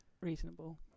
Reasonable